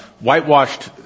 whitewashed